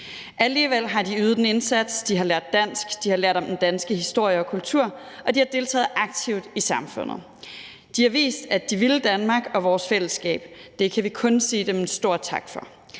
Alligevel har de ydet en indsats: De har lært dansk, de har lært om den danske historie og kultur, og de har deltaget aktivt i samfundet. De har vist, at de vil Danmark og vores fællesskab. Det kan vi kun sige dem en stor tak for.